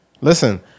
Listen